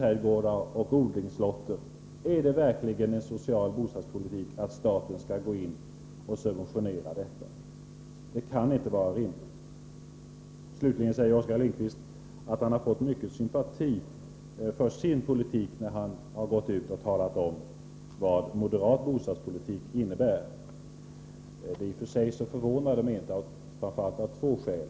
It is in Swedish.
Är det verkligen en social bostadspolitik att staten skall gå in och subventionera koloniträdgårdar och odlingslotter? Det kan inte vara rimligt. Slutligen säger Oskar Lindkvist att han har fått mycket sympati för sin politik när han har talat om vad moderat bostadspolitik innebär. I och för sig förvånar det mig inte, framför allt av två skäl.